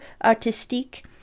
Artistique